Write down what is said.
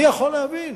אני יכול להבין